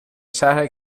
شهر